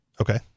Okay